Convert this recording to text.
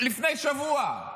לפני שבוע,